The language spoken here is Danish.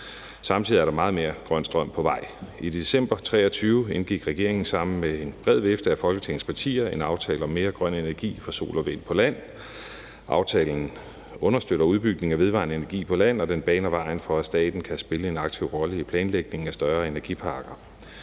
Samtidig er der meget mere grøn strøm på vej. I december 2023 indgik regeringen sammen med en bred vifte af Folketingets partier en aftale om mere grøn energi fra sol og vind på land. Aftalen understøtter udbygningen af vedvarende energi på land, og den baner vejen for, at staten kan spille en aktiv rolle i planlægningen af større energiparker.